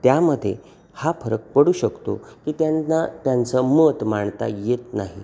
त्यामध्ये हा फरक पडू शकतो की त्यांना त्यांचं मत मांडता येत नाही